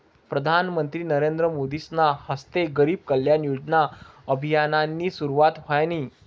प्रधानमंत्री नरेंद्र मोदीसना हस्ते गरीब कल्याण योजना अभियाननी सुरुवात व्हयनी